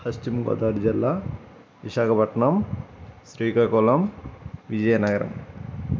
పశ్చిమగోదావరి జిల్లా విశాఖపట్నం శ్రీకాకుళం విజయనగరం